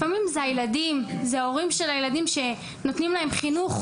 לפעמים מדובר בילדים או בהורים של הילדים שנותנים להם חינוך,